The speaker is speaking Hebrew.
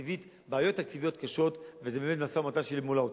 תקציביות קשות, וזה כמובן משא-ומתן שלי מול האוצר.